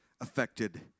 affected